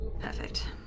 perfect